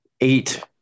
eight